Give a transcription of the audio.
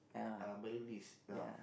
uh melodies ah